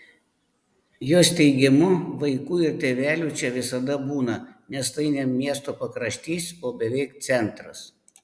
jos teigimu vaikų ir tėvelių čia visada būna nes tai ne miesto pakraštys o beveik centras